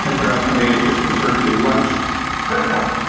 that baratonde ah has just referred to, was critical.